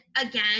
again